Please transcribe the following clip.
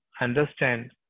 understand